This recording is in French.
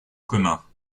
commun